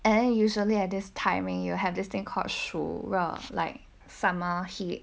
and then usually at this timing you have this thing called 暑热 like summer heat